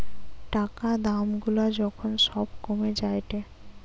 টাকা দাম গুলা যখন সব কমে যায়েটে